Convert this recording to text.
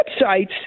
websites